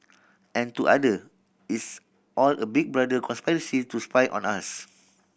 and to other it's all a Big Brother conspiracy to spy on us